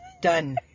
Done